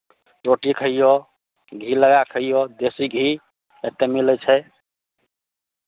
रोटी खैयौ घी लगा कऽ खैयौ देशी घी एतय मिलै छै